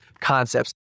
concepts